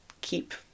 keep